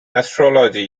astrology